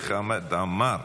וחמד עמאר.